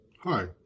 Hi